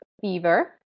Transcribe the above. fever